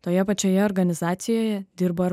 toje pačioje organizacijoje dirba ir